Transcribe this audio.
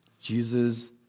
Jesus